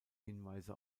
hinweise